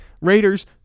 Raiders